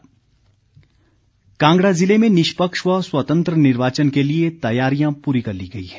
कांगडा प्रशासन कांगड़ा ज़िले में निष्पक्ष व स्वतंत्र निर्वाचन के लिए तैयारियां पूरी कर ली गई हैं